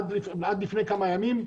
עד לפני כמה ימים,